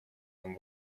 нам